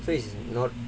so it's not